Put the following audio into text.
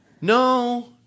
No